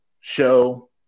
show